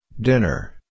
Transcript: Dinner